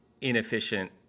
inefficient